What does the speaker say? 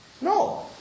No